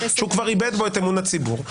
שהוא כבר איבד בו את אמון הציבור,